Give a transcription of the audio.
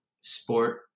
sport